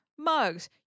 mugs